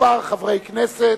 כמה חברי כנסת